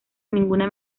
ninguna